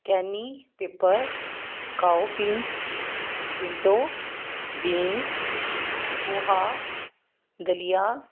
cayenne pepper cowpeas pinto beans poha ਦਲੀਆ